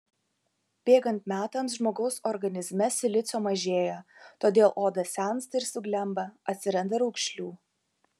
bėgant metams žmogaus organizme silicio mažėja todėl oda sensta ir suglemba atsiranda raukšlių